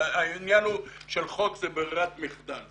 העניין של חוק זה ברירת מחדל,